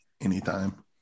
anytime